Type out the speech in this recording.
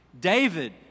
David